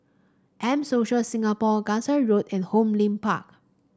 M Social Singapore Gangsa Road and Hong Lim Park